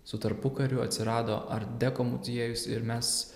su tarpukariu atsirado art deko muziejus ir mes